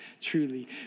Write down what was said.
truly